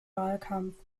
wahlkampf